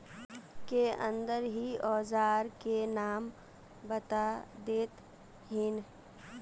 के अंदर ही औजार के नाम बता देतहिन?